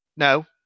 No